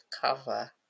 cover